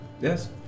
Yes